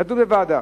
לדון בוועדה.